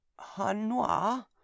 Hanoi